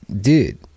dude